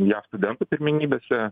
jav studentų pirmenybėse